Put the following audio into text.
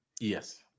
Yes